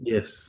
Yes